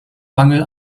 mangel